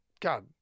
God